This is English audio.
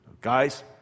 guys